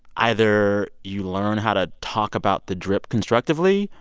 either you learn how to talk about the drip constructively,